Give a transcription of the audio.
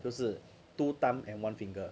就是 two thumb and one finger